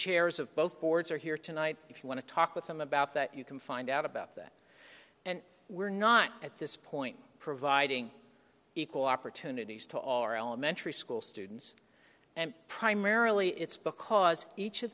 chairs of both boards are here tonight if you want to talk with them about that you can find out about that and we're not at this point providing equal opportunities to all our elementary school students and primarily it's because each of